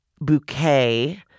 bouquet